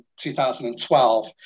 2012